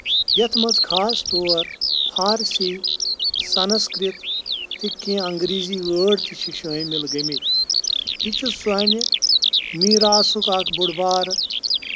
ییٚتھ منٛز خاص طور فارسی سنسکرت تہٕ کیٚنٛہہ اَنٛگریٖزی وٲڑ تہِ چھِ شٲمِل گٔمٕتۍ یہِ چُھ سانہِ میٖراثُک اکھ بوٚڑ بارٕ